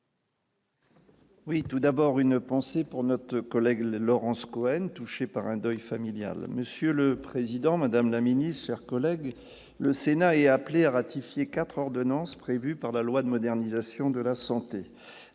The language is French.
Oui, tout d'abord une pensée pour notre collègue Laurence Cohen, touché par un deuil familial, monsieur le Président, Madame la Ministre, chers collègues, le Sénat est appelé à ratifier 4 ordonnances prévues par la loi de modernisation de la santé